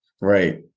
right